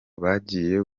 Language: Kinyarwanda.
bagiye